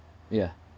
yeah